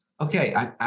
okay